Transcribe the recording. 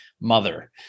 mother